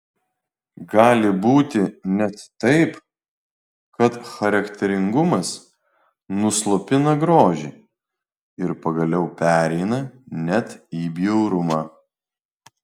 gali būti net taip kad charakteringumas nuslopina grožį ir pagaliau pereina net į bjaurumą